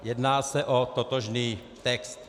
Jedná se o totožný text.